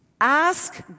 Ask